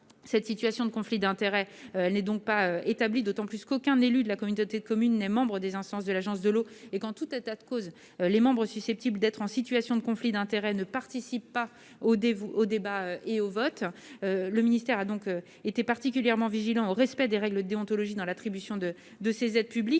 La situation de conflit d'intérêts n'est pas établie, d'autant qu'aucun élu de la communauté de communes n'est membre des instances de l'eau. En tout état de cause, les personnes susceptibles d'être en situation de conflit d'intérêts ne participent ni aux débats ni aux votes. Le ministère a été particulièrement vigilant au respect des règles de déontologie dans l'attribution de ces aides publiques.